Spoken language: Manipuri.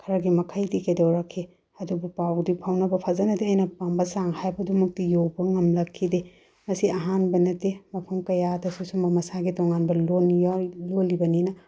ꯈꯔꯒꯤ ꯃꯈꯩꯗꯤ ꯀꯩꯗꯧꯔꯛꯈꯤ ꯑꯗꯨꯕꯨ ꯄꯥꯎꯗꯤ ꯐꯥꯎꯅꯕ ꯐꯖꯅꯗꯤ ꯑꯩꯅ ꯄꯥꯝꯕ ꯆꯥꯡ ꯍꯥꯏꯕꯗꯨꯃꯛꯇꯤ ꯌꯧꯕ ꯉꯝꯂꯛꯈꯤꯗꯦ ꯃꯁꯤ ꯑꯍꯥꯟꯕ ꯅꯠꯇꯦ ꯃꯐꯝ ꯀꯌꯥꯗꯁꯨ ꯁꯨꯝꯕ ꯃꯁꯥꯒꯤ ꯇꯣꯉꯥꯟꯕ ꯂꯣꯟ ꯂꯣꯜꯂꯤꯕꯅꯤꯅ